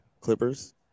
Clippers